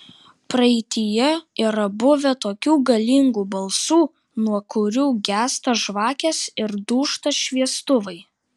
praeityje yra buvę tokių galingų balsų nuo kurių gęsta žvakės ir dūžta šviestuvai